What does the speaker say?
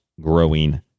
growing